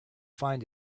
find